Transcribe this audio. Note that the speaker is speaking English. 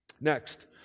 Next